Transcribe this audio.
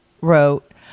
wrote